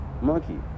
monkey